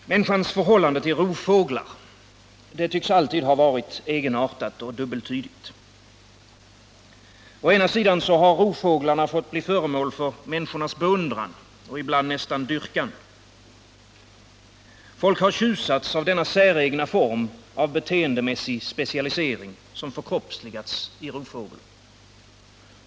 Herr talman! Människans förhållande till rovfåglar tycks alltid ha varit egenartat och dubbeltydigt. Å ena sidan har rovfåglarna fått bli föremål för människornas beundran och ibland nästan dyrkan. Folk har tjusats av denna säregna form av beteendemässig specialisering, som förkroppsligats i rovfågeln.